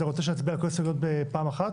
אתה רוצה שנצביע על כל ההסתייגויות בפעם אחת?